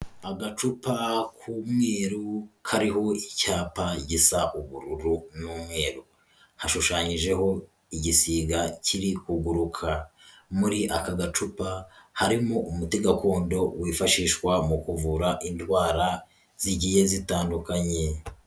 Agacupa k'umweru kariho icyapa gisa ubururu n'umweru, hashushanyijeho igisiga kiri kuguruka, muri aka gacupa harimo umuti gakondo wifashishwa mu kuvura indwara zigiye zitandukanye.